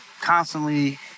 constantly